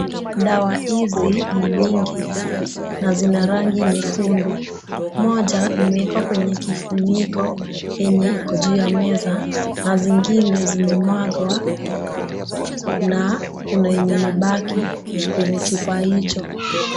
Dawa hizi ni nyingi na zina rangi nyekundu. Moja imewekwa kwenye kifuniko yenye iko juu ya meza na zingine zimemwagwa na kuna yenye imebaki kwenye chupa hicho.